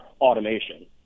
automation